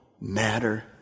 matter